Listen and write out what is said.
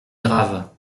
grave